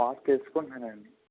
తెలుసుకుంటున్నానండి